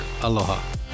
Aloha